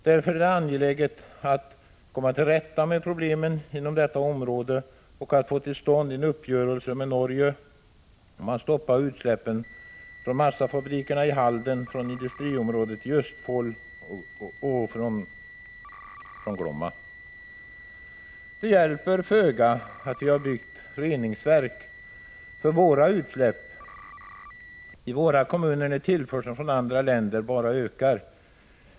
Därför är det angeläget att vi kommer till rätta med problemen inom detta område och får till stånd en uppgörelse med Norge om att stoppa utsläppen från massafabrikerna i Halden, industriområdet i Östfold och Glomma. Det hjälper föga att vi har byggt reningsverk för utsläppen i våra kommuner när tillförseln från andra länder bara ökar.